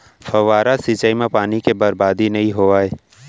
फवारा सिंचई म पानी के बरबादी नइ होवय